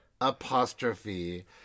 apostrophe